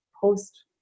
post